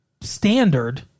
standard